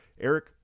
eric